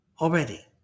already